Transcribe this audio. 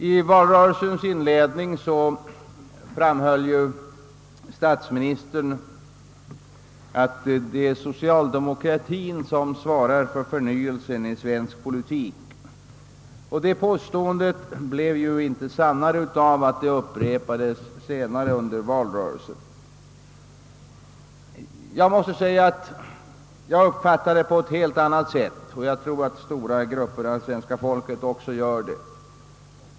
I valrörelsens inledning framhöll statsministern att det är socialdemokratien som svarar för förnyelsen i svensk politik, och detta påstående blev inte sannare av att det upprepades senare under valkampanjen. Jag uppfattar detta på ett helt annat sätt, och jag tror att också stora grupper av svenska folket gör det.